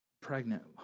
pregnant